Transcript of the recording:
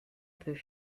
peu